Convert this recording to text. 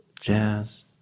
jazz